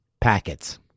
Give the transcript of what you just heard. packets